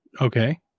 Okay